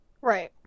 right